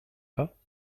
pas